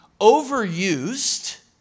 overused